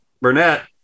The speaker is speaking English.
Burnett